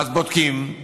ואז בודקים,